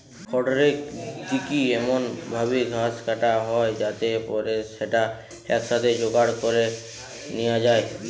খড়রেক দিকি এমন ভাবি ঘাস কাটা হয় যাতে পরে স্যাটা একসাথে জোগাড় করি নিয়া যায়